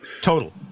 Total